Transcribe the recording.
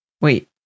Wait